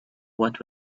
what